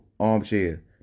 armchair